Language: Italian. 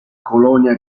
colonia